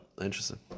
Interesting